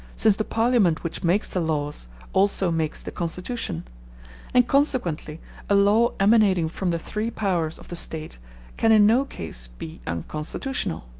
since the parliament which makes the laws also makes the constitution and consequently a law emanating from the three powers of the state can in no case be unconstitutional.